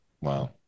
Wow